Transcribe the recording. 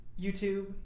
YouTube